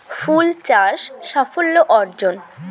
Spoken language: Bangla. ফুল চাষ সাফল্য অর্জন?